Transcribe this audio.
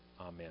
Amen